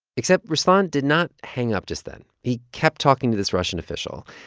except ruslan did not hang up just then. he kept talking to this russian official.